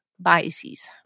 biases